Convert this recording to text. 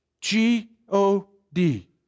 G-O-D